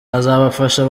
azabafasha